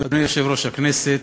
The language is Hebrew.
אדוני יושב-ראש הכנסת,